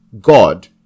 God